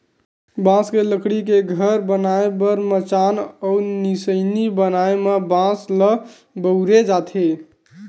बांस के लकड़ी के घर बनाए बर मचान अउ निसइनी बनाए म बांस ल बउरे जाथे